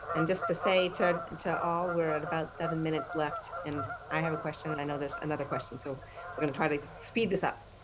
and just to say, to to to all, we're at about seven minutes left in and i have a question and i know there's another question, so we're going to try to speed this up?